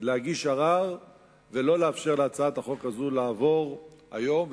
להגיש ערר ולא לאפשר להצעת החוק הזאת לעבור היום.